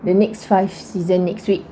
the next five season next week